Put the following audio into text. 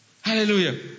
Hallelujah